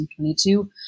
2022